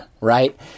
right